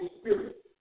Spirit